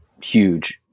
huge